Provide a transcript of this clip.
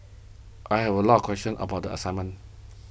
I have a lot of questions about the assignment